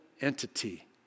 entity